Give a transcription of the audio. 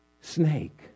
snake